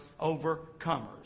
overcomers